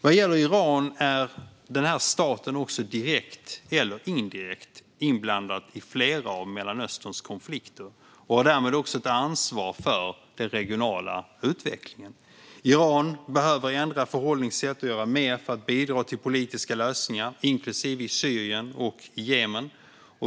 Vad gäller Iran är denna stat också direkt eller indirekt inblandad i flera av Mellanösterns konflikter och har därmed också ett ansvar för den regionala utvecklingen. Iran behöver ändra förhållningssätt och göra mer för att bidra till politiska lösning, inklusive i Syrien och i Jemen.